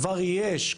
כבר יש,